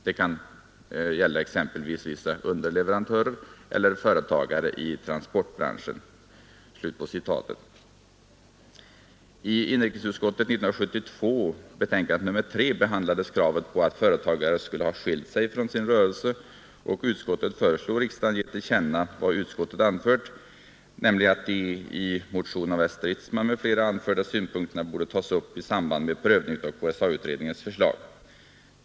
Det kan gälla exempelvis vissa underleverantörer eller företagare i transportbranschen.” synpunkterna borde tas upp i samband med prövning av KSA-utredningens förslag.